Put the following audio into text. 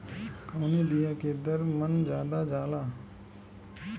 कवने बिया के दर मन ज्यादा जाला?